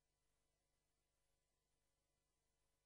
זאת מעילה בתפקיד